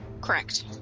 Correct